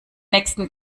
nächsten